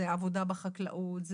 זה עבודה בחקלאות,